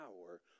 power